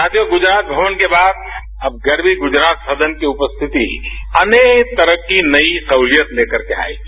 साथियो गुजरात भवन के बाद अब गरवी गुजरात सदन की उपस्थिति अनेक तरह की नई सहूलियत लेकर आएगी